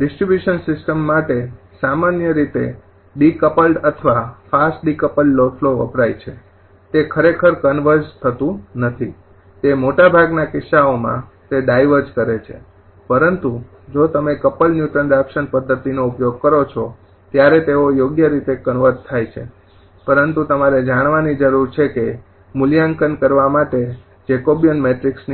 distribution system માટે સામાન્ય રીતે ડીક્પલ્ડ અથવા ફાસ્ટ ડીક્પ્લડ લોડ ફ્લો વપરાય છે તે ખરેખર કન્વર્ઝ થતું નથી તે મોટાભાગના કિસ્સાઓમાં તે ડાઇવર્ઝ કરે છે પરંતુ જો તમે ક્પ્લડ ન્યુટન રાફશન પદ્ધતિનો ઉપયોગ કરો છો ત્યારે તેઓ યોગ્ય રીતે કન્વર્ઝ થાય છે પરંતુ તમારે જાણવાની જરૂર છે કે મૂલ્યાંકન કરવા માટે જેકોબિયન મેટ્રિક્સ